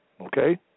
Okay